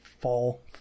fall